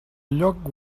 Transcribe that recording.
lloc